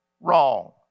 wrong